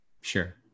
Sure